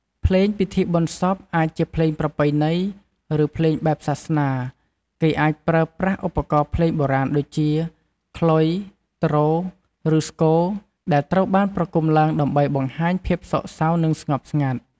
ភ្លេងពិធីបុណ្យសព អាចជាភ្លេងប្រពៃណី ឬភ្លេងបែបសាសនា គេអាចប្រើប្រាស់ឧបករណ៍ភ្លេងបុរាណដូចជា ខ្លុយ ទ្រ ឬស្គរ ដែលត្រូវបានប្រគុំឡើងដើម្បីបង្ហាញភាពសោកសៅ និងស្ងប់ស្ងាត់។